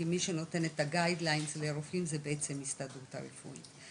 כי מי שנותן את ה'גייד' לרופאים זה בעצם הסתדרות הרפואית,